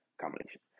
combination